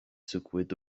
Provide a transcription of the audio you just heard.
secouaient